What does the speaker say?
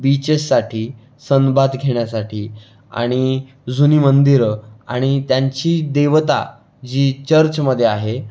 beaches साठी sunbath घेण्यासाठी आणि जुनी मंदिरं आणि त्यांची देवता जी चर्चमध्ये आहे